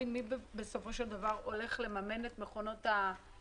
מי בסופו של דבר הולך לממן את מכונות האיסוף